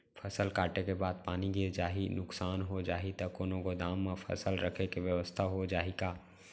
फसल कटे के बाद पानी गिर जाही, नुकसान हो जाही त कोनो गोदाम म फसल रखे के बेवस्था हो जाही का?